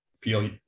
feel